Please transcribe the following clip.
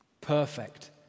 perfect